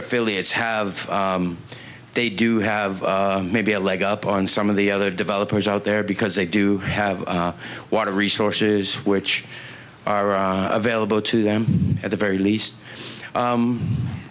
affiliates have they do have maybe a leg up on some of the other developers out there because they do have water resources which are available to them at the very least